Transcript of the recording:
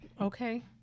Okay